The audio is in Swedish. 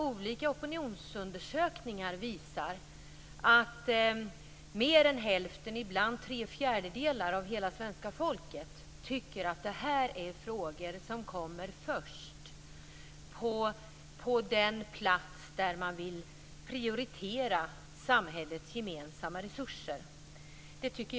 Olika opinionsundersökningar visar att mer än hälften, ibland tre fjärdedelar, av svenska folket tycker att frågor om vården och omsorgen i stort och vården och omsorgen om våra äldre kommer först i ordningen för prioritering av samhällets gemensamma resurser. Det är bra.